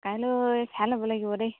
কাইলৈ চাই ল'ব লাগিব দেই